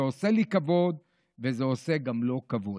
זה עושה לי כבוד וזה עושה גם לו כבוד.